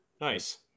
nice